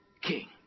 king